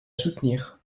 soutenir